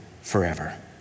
forever